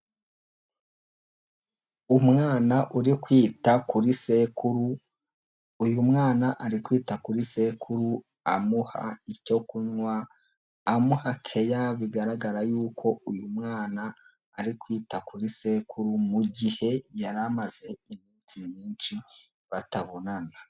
Umwana uri kwita kuri sekuru, uyu mwana ari kwita kuri sekuru amuha icyo kunywa, amuha keya, bigaragara yuko uyu mwana ari kwita kuri sekuru mu gihe yari amaze iminsi myinshi batabonana.